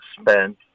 spent